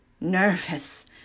nervous